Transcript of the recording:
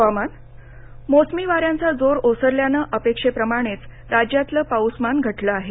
हवामानः मोसमी वाऱ्यांचा जोर ओसरल्यानं अपेक्षेप्रमाणेच राज्यातलं पाऊसमान घटलं आहे